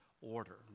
order